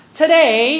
today